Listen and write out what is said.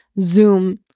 Zoom